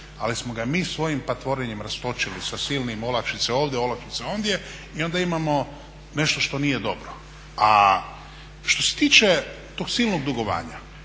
ali smo ga mi svojim patvorenjem rastočili sa silnim olakšice ovdje, olakšice ondje i onda imamo nešto što nije dobro. A što se tiče tog silnog dugovanja,